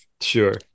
Sure